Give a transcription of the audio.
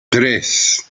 tres